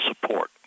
support